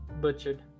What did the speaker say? Butchered